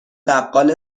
بقال